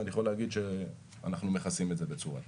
ואני יכול להגיד שאנחנו מכסים את זה בצורה טובה.